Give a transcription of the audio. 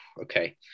Okay